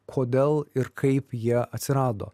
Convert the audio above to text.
kodėl ir kaip jie atsirado